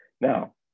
Now